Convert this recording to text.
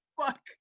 fuck